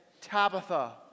Tabitha